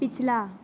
ਪਿਛਲਾ